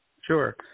Sure